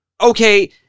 Okay